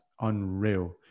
unreal